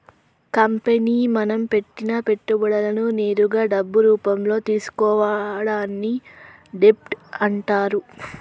company మనం పెట్టిన పెట్టుబడులను నేరుగా డబ్బు రూపంలో తీసుకోవడాన్ని డెబ్ట్ అంటరు